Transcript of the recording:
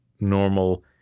normal